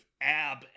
ab